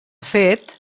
fet